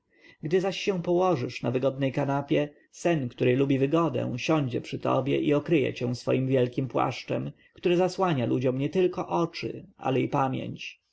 się zaś położysz na wygodnej kanapie sen który lubi wygodę siądzie przy tobie i okryje cię swoim wielkim płaszczem który zasłania ludziom nie tylko oczy ale i pamięć